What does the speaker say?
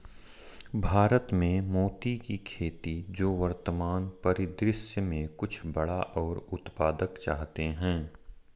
भारत में मोती की खेती जो वर्तमान परिदृश्य में कुछ बड़ा और उत्पादक चाहते हैं